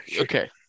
okay